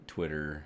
Twitter